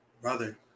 Brother